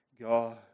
God